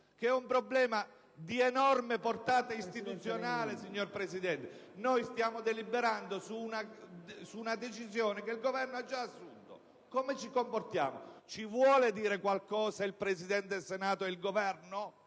che è di enorme portata istituzionale, signor Presidente. Noi stiamo deliberando su una decisione che il Governo ha già assunto. Come dobbiamo comportarci? Il Presidente del Senato e il Governo